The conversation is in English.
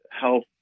health